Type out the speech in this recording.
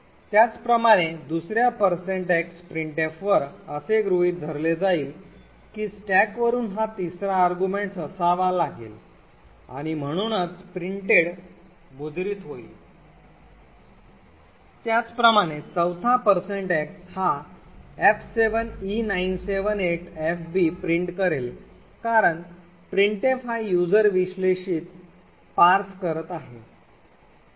त्याचप्रमाणे दुसर्या x printf वर असे गृहित धरले जाईल की स्टॅकवरुन हा तिसरा arguments असावा लागेल आणि म्हणूनच printed मुद्रित होईल त्याचप्रमाणे चौथा x हा f7e978fb प्रिंट करेल कारण printf हा युजर विश्लेषित करत आहे